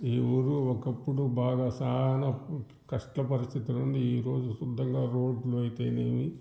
ఈ ఊరు ఒకప్పుడు బాగా చాలా కష్ట పరిస్థితిలో ఉంది ఈ రోజు సుద్దంగా రోడ్లు అయితేనేమి